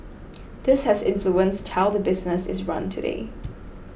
this has influenced how the business is run today